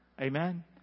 Amen